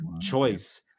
choice